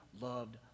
loved